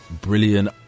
brilliant